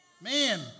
Man